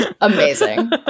Amazing